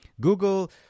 Google